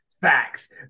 Facts